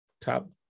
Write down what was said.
top